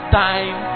time